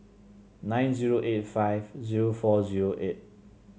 nine zero eight five zero four zero eight